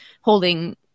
holding